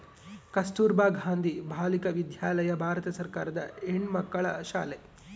ಕಸ್ತುರ್ಭ ಗಾಂಧಿ ಬಾಲಿಕ ವಿದ್ಯಾಲಯ ಭಾರತ ಸರ್ಕಾರದ ಹೆಣ್ಣುಮಕ್ಕಳ ಶಾಲೆ